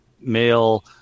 male